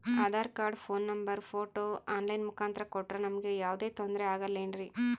Aadhaar card, phone number, photo online ಮುಖಾಂತ್ರ ಕೊಟ್ರ ನಮಗೆ ಯಾವುದೇ ತೊಂದ್ರೆ ಆಗಲೇನ್ರಿ?